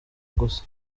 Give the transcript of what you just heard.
gusa